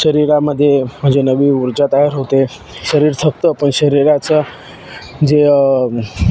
शरीरामध्ये म्हणजे नवी ऊर्जा तयार होते शरीर थकतं पण शरीराचं जे